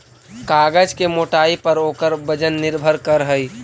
कागज के मोटाई पर ओकर वजन निर्भर करऽ हई